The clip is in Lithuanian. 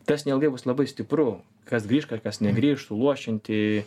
tas neilgai bus labai stipru kas grįš kažkas negrįš suluošinti